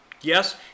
Yes